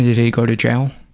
did he go to jail?